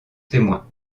témoin